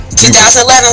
2011